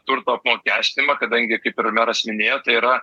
turto apmokestinimą kadangi kaip ir meras minėjo tai yra